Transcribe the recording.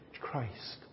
Christ